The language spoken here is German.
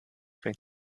fängt